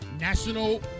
national